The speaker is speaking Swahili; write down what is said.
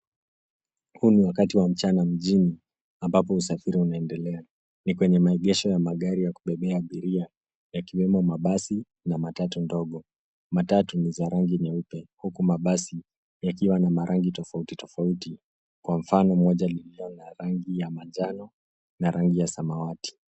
Huu ni wakati wa mchana mjini ambapo usafiri unaendelea . Ni kwenye maegesho ya magari ya kubebea abiria yakiwemo mabasi, na matatu ndogo . Matatu ni za rangi nyeupe huku mabasi yakiwa na marangi tofauti tofauti kwa mfano moja likiwa na rangi ya manjano na rangi ya samawati